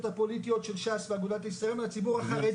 הפוליטיות של ש"ס ואגודת ישראל מהצבור החרדי.